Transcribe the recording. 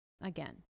again